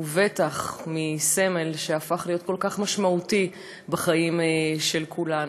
בטח לא מסמל שהפך להיות כל כך משמעותי בחיים של כולנו.